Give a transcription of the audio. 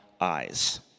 eyes